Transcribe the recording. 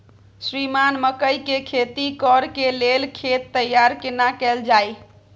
श्रीमान मकई के खेती कॉर के लेल खेत तैयार केना कैल जाए?